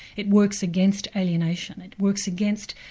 it works against alienation, it works against,